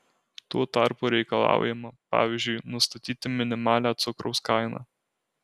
tuo tarpu reikalaujama pavyzdžiui nustatyti minimalią cukraus kainą